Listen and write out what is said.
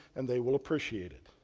and they will appreciate it.